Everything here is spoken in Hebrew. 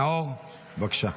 נאור, בבקשה.